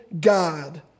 God